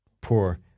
poor